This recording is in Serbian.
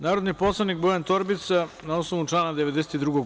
Narodni poslanik Bojan Torbica, na osnovu člana 92.